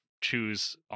choose